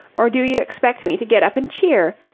or do you expect me to get up and cheer?